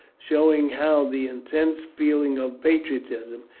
showing how the intense feeling of patriotism,